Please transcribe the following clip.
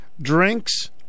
Drinks